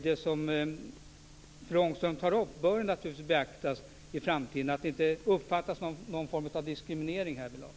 Det som fru Ångström tar upp bör naturligtvis beaktas i framtiden. Det skall inte uppfattas att det finns någon form av diskriminering härvidlag.